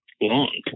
long